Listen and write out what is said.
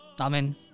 Amen